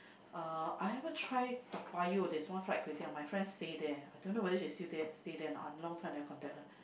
uh I haven't try Toa-Payoh there is one fried kway-teow my friend stay there I don't know whether she is still there she still stay there anot I long time never contact her